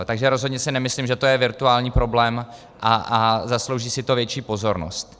Takže rozhodně si nemyslím, že to je virtuální problém, a zaslouží si to větší pozornost.